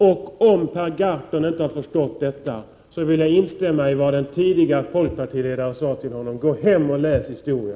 Om inte Per Gahrton har förstått detta, vill jag instämma i vad den tidigare folkpartiledaren sade till honom: ”Gå hem och läs historia.”